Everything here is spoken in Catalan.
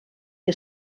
que